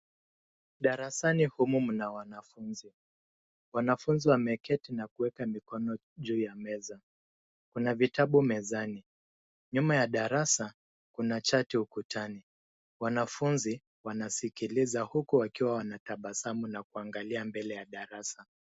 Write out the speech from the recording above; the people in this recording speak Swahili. Darasani humu mna wanafunzi, wanafunzi wameketi na kuweka mikono juu ya meza. Kuna vitabu mezani. Nyuma ya darasa kuna chati ukutani wanafunzi wanasikilizia huku wakiwa wanatabasamu na kuangalia mbele ya darasa.